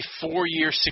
four-year